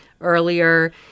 Earlier